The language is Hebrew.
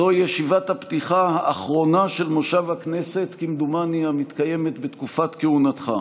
זו ישיבת הפתיחה האחרונה של מושב הכנסת המתקיימת בתקופת כהונתך,